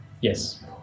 Yes